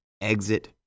exit